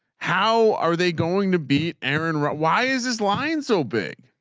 how are they going to beat aaron. but why is his line so big.